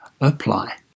apply